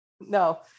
no